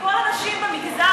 לכל הנשים במגזר,